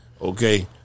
Okay